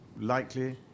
likely